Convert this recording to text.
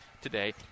today